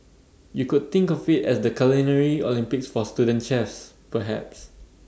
you could think of IT as the culinary Olympics for student chefs perhaps